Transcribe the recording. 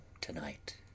to-night